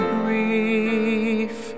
grief